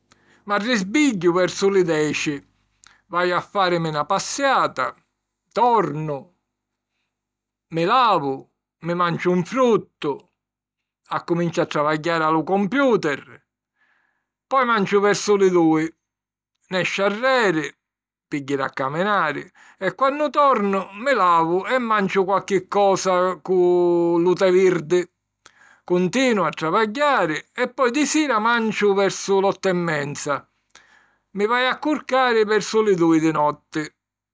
M'arrisbigghiu versu li deci, vaju a fàrimi na passiata, tornu, mi lavu, mi manciu un fruttu, accuminciu a travagghiari a lu compiùteri, poi manciu versu li dui, nesciu arreri pi jiri a caminari e quannu tornu mi lavu e manciu qualchi cosa cu lu te virdi. Cuntinu a travagghiari e poi di sira manciu versu l'ottu e menza. Mi vaju a curcari versu li dui di notti.